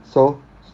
so